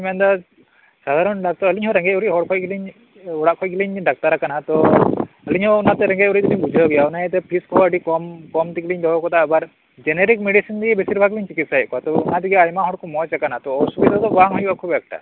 ᱛᱚ ᱚᱱᱟ ᱦᱤᱥᱟᱹᱵ ᱛᱮᱞᱤᱧ ᱢᱮᱱᱫᱟ ᱥᱟᱫᱷᱟᱨᱚᱱ ᱰᱟᱠᱛᱟᱨ ᱟᱞᱤᱧ ᱦᱚᱸ ᱨᱮᱸᱜᱮᱡᱼᱚᱨᱮᱡ ᱚᱲᱟᱜ ᱠᱷᱚᱱ ᱜᱮᱞᱤᱧ ᱰᱟᱠᱛᱟᱨ ᱟᱠᱟᱱᱟ ᱛᱚ ᱚᱱᱟᱛᱮ ᱟᱞᱤᱧ ᱦᱚᱸ ᱨᱮᱸᱜᱮᱡᱼᱚᱨᱮᱡ ᱫᱚᱞᱤᱧ ᱵᱩᱡᱷᱟᱹᱣ ᱜᱮᱭᱟ ᱚᱱᱟᱛᱮ ᱯᱷᱤᱡᱽ ᱠᱚᱦᱚᱸ ᱟᱹᱰᱤ ᱠᱚᱢ ᱜᱮᱞᱤᱧ ᱫᱚᱦᱚᱣᱟᱠᱟᱫᱟ ᱛᱚ ᱡᱮᱱᱟᱨᱤᱠ ᱢᱮᱰᱤᱥᱤᱱ ᱫᱤᱭᱮ ᱵᱮᱥᱤᱨ ᱵᱷᱟᱜᱽ ᱞᱤᱧ ᱪᱤᱠᱤᱛᱥᱟᱭᱮᱫ ᱠᱚᱣᱟ ᱛᱚ ᱚᱱᱟ ᱛᱮᱜᱮ ᱟᱭᱢᱟ ᱦᱚᱲ ᱠᱚ ᱢᱚᱸᱡᱽ ᱟᱠᱟᱱᱟ ᱠᱚ ᱛᱚ ᱚᱥᱩᱵᱤᱫᱷᱟ ᱫᱚ ᱵᱟᱝ ᱦᱳᱭᱳᱜᱼᱟ ᱠᱷᱩᱵᱽ ᱮᱠᱴᱟ